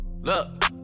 Look